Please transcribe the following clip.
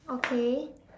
okay